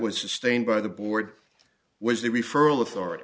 was sustained by the board was the referral authority